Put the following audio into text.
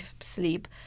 sleep